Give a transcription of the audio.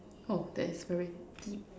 [ho] that's very deep